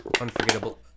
Unforgettable